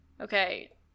Okay